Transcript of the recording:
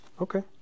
Okay